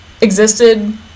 existed